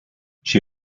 she